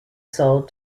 sold